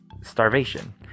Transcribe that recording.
starvation